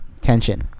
Tension